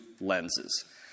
lenses